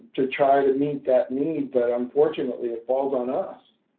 to try to meet that need. but unfortunately it falls on us